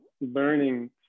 learning